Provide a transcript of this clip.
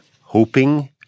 hoping